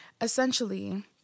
essentially